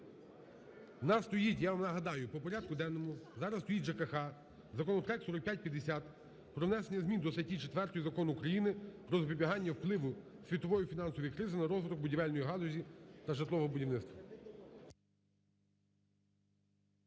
У нас стоїть, я вам нагадаю, по порядку денному зараз стоїть ЖКГ, законопроект 4550: про внесення змін до статті 4 Закону України "Про запобігання впливу світової фінансової кризи на розвиток будівельної галузі та житлового будівництва".